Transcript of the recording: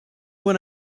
when